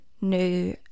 new